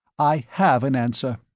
i have an answer!